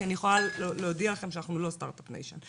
כי אני יכולה להודיע לכם שאנחנו לא סטארט-אפ ניישן.